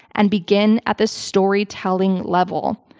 and begin at the storytelling level.